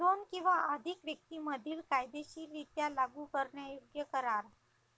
दोन किंवा अधिक व्यक्तीं मधील कायदेशीररित्या लागू करण्यायोग्य करार